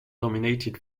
dominated